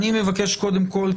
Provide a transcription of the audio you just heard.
אני מבקש קודם כול,